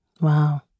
Wow